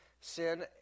sin